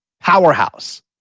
powerhouse